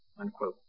unquote